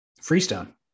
Freestone